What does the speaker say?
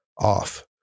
off